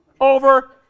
over